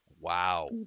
Wow